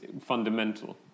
fundamental